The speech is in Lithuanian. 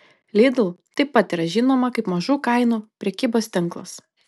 lidl taip pat yra žinoma kaip mažų kainų prekybos tinklas